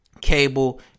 cable